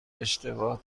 اشتباه